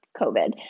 COVID